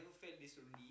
felt this wrongly